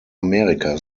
amerika